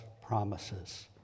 promises